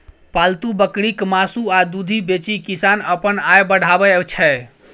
पालतु बकरीक मासु आ दुधि बेचि किसान अपन आय बढ़ाबै छै